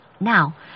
Now